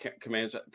Commands